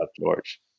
George